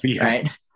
right